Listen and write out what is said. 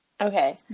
Okay